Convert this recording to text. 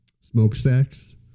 smokestacks